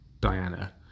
Diana